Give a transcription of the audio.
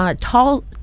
Tall